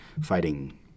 fighting